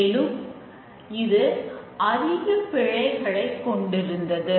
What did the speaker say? மேலும் இது அதிக பிழைகளைக் கொண்டிருந்தது